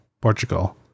Portugal